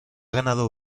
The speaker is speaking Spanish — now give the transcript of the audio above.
ganado